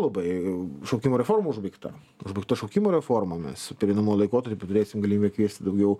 labai šaukimo reforma užbaigta užbaigta šaukimo reforma mes pereinamuoju laikotarpiu turėsim galimybę kviesti daugiau